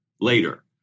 later